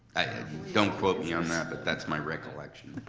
don't quote me on that, but that's my recollection.